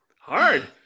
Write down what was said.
Hard